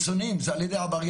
חיצוניים זה על ידי עבריינים.